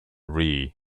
rhea